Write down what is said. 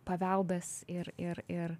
paveldas ir ir ir